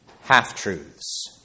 half-truths